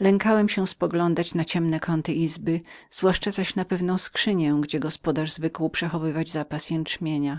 lękałem się spoglądać na ciemne kąty izby zwłaszcza zaś na pewną skrzynię gdzie gospodarz zwykł był przechowywać swój owies i jęczmień